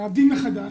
מעבדים מחדש,